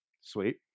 Sweet